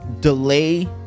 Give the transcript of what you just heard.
delay